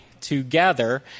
together